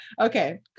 Okay